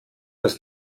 das